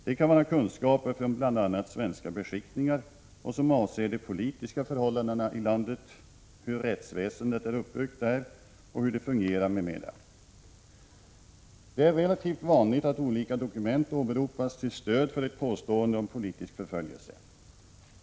Det kan vara kunskaper från bl.a. svenska beskickningar och som avser de politiska förhållandena i landet, hur rättsväsendet är uppbyggt där och hur det fungerar m.m. Det är relativt vanligt att olika dokument åberopas till stöd för ett påstående om politisk förföljelse.